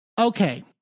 Okay